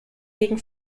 gegen